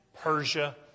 Persia